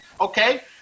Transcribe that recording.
Okay